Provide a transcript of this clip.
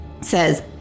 says